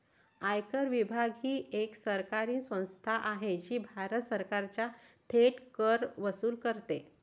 आयकर विभाग ही एक सरकारी संस्था आहे जी भारत सरकारचा थेट कर वसूल करते